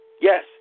yes